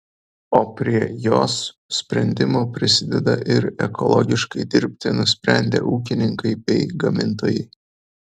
o prie jos sprendimo prisideda ir ekologiškai dirbti nusprendę ūkininkai bei gamintojai